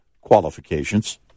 qualifications